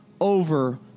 over